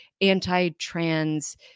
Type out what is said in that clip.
anti-trans